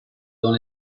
dans